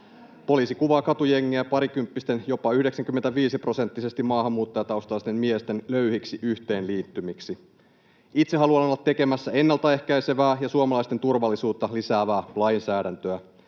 Poliisi kuvaa katujengejä parikymppisten, jopa 95-prosenttisesti maahanmuuttajataustaisten miesten löyhiksi yhteenliittymiksi. Itse haluan olla tekemässä ennaltaehkäisevää ja suomalaisten turvallisuutta lisäävää lainsäädäntöä.